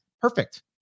Perfect